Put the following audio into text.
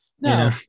No